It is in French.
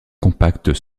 compacts